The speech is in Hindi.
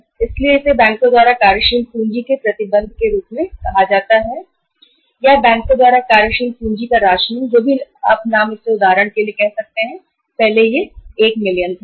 इसलिए इसे बैंकों द्वारा कार्यशील पूंजी के प्रतिबंध के रूप में कहा जाता है या बैंकों द्वारा कार्यशील पूंजी का राशनिंग जो भी नाम आप इसे उदाहरण के लिए कहते हैं पहले यह 1 मिलियन था